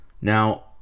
Now